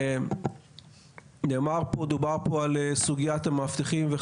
דובר פה על סוגיית המאבטחים.